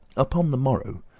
upon the morrow,